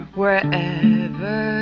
wherever